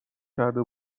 کرده